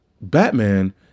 Batman